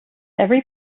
every